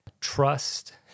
trust